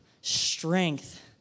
strength